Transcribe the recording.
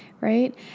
right